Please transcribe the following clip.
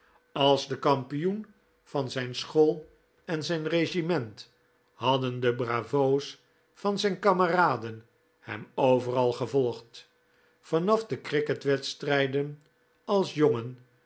als de kampioen van zijn school en zijn regiment hadden de bravo's van zijn kameraden hem overal gevolgd vanaf de cricketwedstrijden als jongen